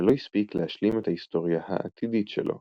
ולא הספיק להשלים את ההיסטוריה העתידית שלו.